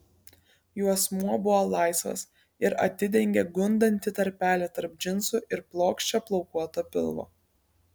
juosmuo buvo laisvas ir atidengė gundantį tarpelį tarp džinsų ir plokščio plaukuoto pilvo